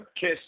Kiss